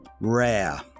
Rare